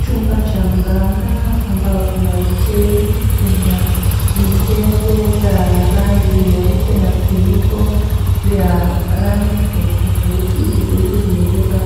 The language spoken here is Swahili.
Chumba cha mganga, ambayo kuna uteo, kuna mikebe za rangi nyeupe, na vifuniko vya rangi tofautitofauti. Mikebe hizo zimebeba